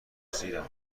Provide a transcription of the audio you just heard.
تقصیرم